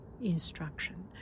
instruction